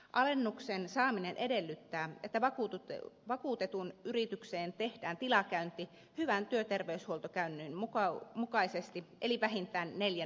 alennuksen saaminen edellyttää että vakuutetun yritykseen tehdään tilakäynti hyvän työterveyshuoltokäytännön mukaisesti eli vähintään neljän vuoden välein